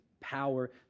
power